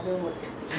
I've seen